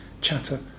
chatter